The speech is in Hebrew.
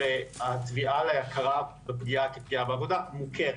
התביעה להכרה בפגיעה כפגיעת עבודה מוכרת,